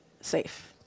safe